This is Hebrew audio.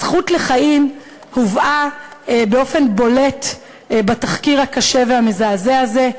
הזכות לחיים הובאה באופן בולט בתחקיר הקשה והמזעזע הזה.